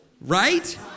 right